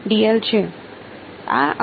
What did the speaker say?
વિદ્યાર્થી